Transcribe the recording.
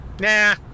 Nah